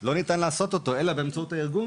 לא ניתן לעשות אותו אלא באמצעות הארגון